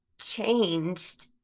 changed